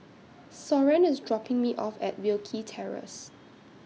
Soren IS dropping Me off At Wilkie Terrace